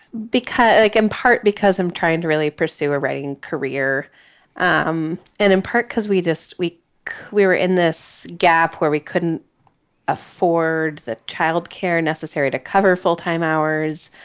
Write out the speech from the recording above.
because like in part because i'm trying to really pursue a writing career um and in part because we just we we were in this gap where we couldn't afford the child care necessary to cover full time hours.